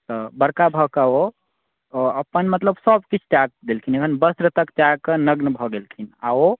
तऽ बड़का भए कऽ ओ अपन मतलब सभकिछु त्याग देलखिन अपन वस्त्र तक त्याग कऽ नग्न भए गेलखिन आ ओ